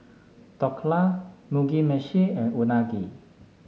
Dhokla Mugi Meshi and Unagi